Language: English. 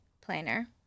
planner